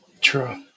True